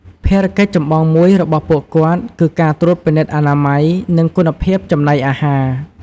ភារកិច្ចចម្បងមួយរបស់ពួកគាត់ គឺការត្រួតពិនិត្យអនាម័យ និងគុណភាពចំណីអាហារ ។